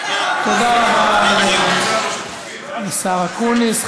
תודה רבה לשר אקוניס.